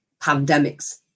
pandemics